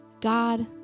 God